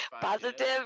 Positive